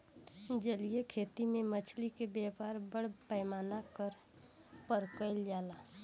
जलीय खेती में मछली के व्यापार बड़ पैमाना पर कईल जाला